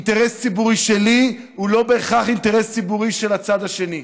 אינטרס ציבורי שלי הוא לא בהכרח אינטרס ציבורי של הצד השני,